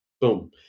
Boom